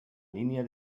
línia